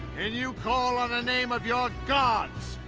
and you call on the name of your gods,